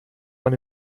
man